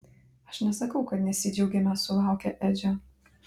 aš nesakau kad nesidžiaugėme sulaukę edžio